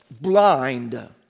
blind